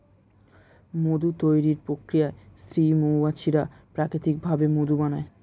মধু তৈরির প্রক্রিয়ায় স্ত্রী মৌমাছিরা প্রাকৃতিক ভাবে মধু বানায়